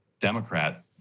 Democrat